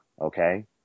Okay